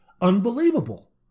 unbelievable